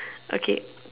okay